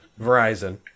Verizon